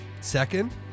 Second